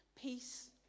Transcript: peace